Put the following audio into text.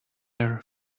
her